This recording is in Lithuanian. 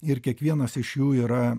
ir kiekvienas iš jų yra